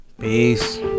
Peace